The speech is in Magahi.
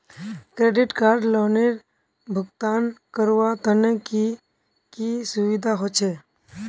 क्रेडिट कार्ड लोनेर भुगतान करवार तने की की सुविधा होचे??